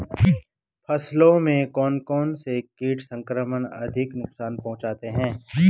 फसलों में कौन कौन से कीट संक्रमण अधिक नुकसान पहुंचाते हैं?